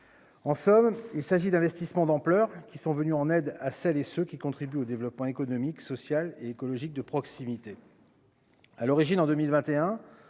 en somme, il s'agit d'investissement d'ampleur qui sont venus en aide à celles et ceux qui contribuent au développement économique, social et écologique de proximité à l'origine en 2021,